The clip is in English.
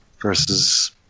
versus